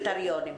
הקריטריונים?